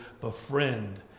befriend